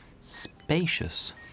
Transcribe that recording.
spacious